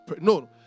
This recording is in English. No